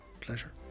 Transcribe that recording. Pleasure